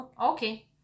okay